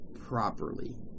properly